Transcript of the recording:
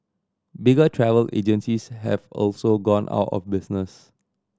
bigger travel agencies have also gone out of business